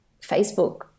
Facebook